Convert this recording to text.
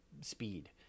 speed